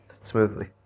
smoothly